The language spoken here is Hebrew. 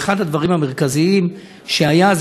ואחד הדברים המרכזיים שהיו,